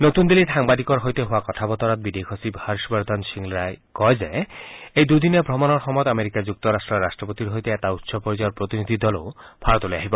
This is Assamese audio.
নতুন দিল্লীত সাংবাদিক সৈতে হোৱা কথা বতৰাত বিদেশ সচিব হৰ্যবৰ্ধন শৃংলাই কয় যে এই দুদিনীয়া ভ্ৰমণৰ সময়ত আমেৰিকা যুক্তৰাট্টৰ ৰট্টপতিৰ সৈতে এটা উচ্চ পৰ্যায়ৰ প্ৰতিনিধি দল ভাৰতলৈ আহিব